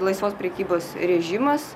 laisvos prekybos režimas